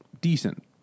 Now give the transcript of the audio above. decent